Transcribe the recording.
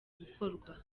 gukorwa